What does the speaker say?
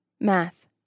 Math